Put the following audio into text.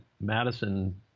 Madison